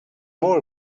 more